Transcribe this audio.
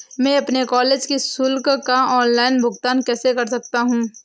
मैं अपने कॉलेज की शुल्क का ऑनलाइन भुगतान कैसे कर सकता हूँ?